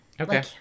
Okay